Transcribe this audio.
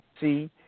See